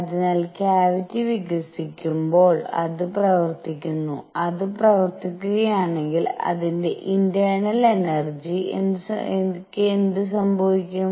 അതിനാൽ ക്യാവിറ്റി വികസിക്കുമ്പോൾ അത് പ്രവർത്തിക്കുന്നു അത് പ്രവർത്തിക്കുകയാണെങ്കിൽ അതിന്റെ ഇന്റെർണൽ എനർജിക്ക് എന്ത് സംഭവിക്കണം